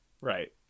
Right